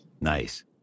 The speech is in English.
Nice